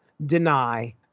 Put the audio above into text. deny